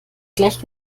gleich